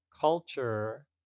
culture